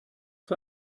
für